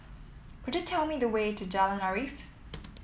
could you tell me the way to Jalan Arif